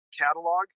catalog